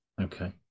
Okay